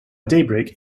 daybreak